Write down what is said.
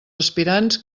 aspirants